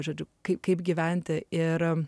žodžiu kaip gyventi ir